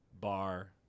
bar